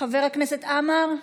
חבר הכנסת עמאר?